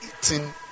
eating